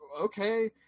okay